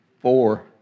four